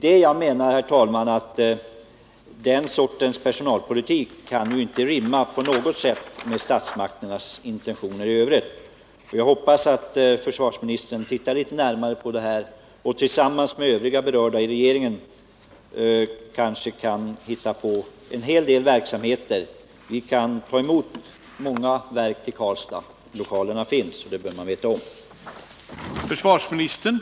Men, herr talman, den sortens personalpolitik kan enligt min uppfattning inte på något sätt stämma överens med statsmakternas intentioner i övrigt. Jag hoppas att statsrådet studerar den här frågan litet närmare. Tillsammans med övriga berörda inom regeringen kan han kanske sedan komma fram till att det finns en hel del olika verksamheter som skulle kunna förläggas till Karlstad. Vi kan som sagt ta emot många verk där. Lokalerna finns, och det bör man beakta.